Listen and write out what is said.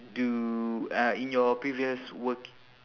do uh in your previous work